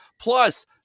Plus